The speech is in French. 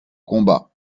combat